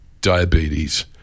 diabetes